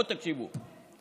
בואו תקשיבו.